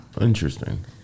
Interesting